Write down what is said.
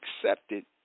accepted